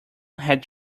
had